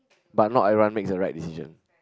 but not everyone makes the right decision